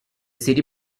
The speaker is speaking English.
city